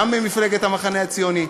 גם מפלגת המחנה הציוני.